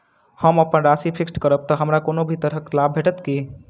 हम अप्पन राशि फिक्स्ड करब तऽ हमरा कोनो भी तरहक लाभ भेटत की?